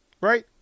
right